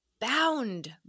bound